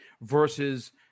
versus